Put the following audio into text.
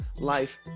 life